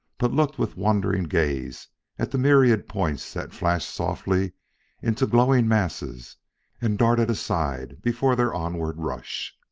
but looked with wondering gaze at the myriad points that flashed softly into glowing masses and darted aside before their onward rush.